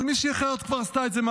אבל מישהי אחרת כבר עשתה את זה,